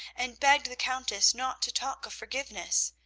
and begged the countess not to talk of forgiveness.